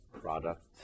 product